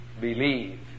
believe